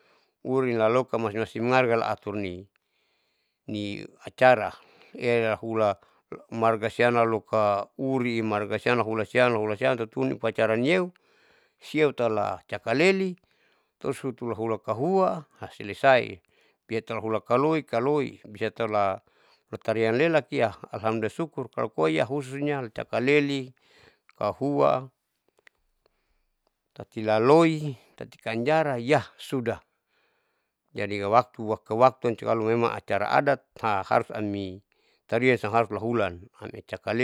Urin laloka uselati marga laaturni niacara iahela laura margasian laloka uri, margasian lahula lahulasian tutuni upacara niyeu siotala cakaleli, tarus upulahula kahua selesai pilatahula kaloi kaloi bisataula latarian lelakiha ambersukur kalopoia khususnya icakaleli kahua, tati lalohi tati kanjara yah sudah jadi liawaktu wakawaktuam kalomemang acara adat ha harus ami tarian sanharus laulan ame cakaleli.